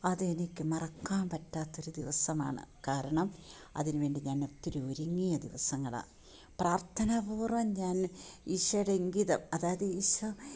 അത് എനിക്ക് മറക്കാൻ പറ്റാത്ത ഒരു ദിവസമാണ് കാരണം അതിനുവേണ്ടി ഞാൻ ഒത്തിരി ഒരുങ്ങിയ ദിവസങ്ങളാണ് പ്രാർത്ഥനാ പൂർവ്വം ഞാൻ ഈശോയുടെ ഇംഗിതം അതായത് ഈശോ